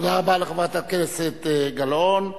תודה רבה לחברת הכנסת גלאון.